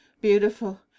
beautiful